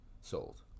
sold